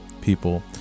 people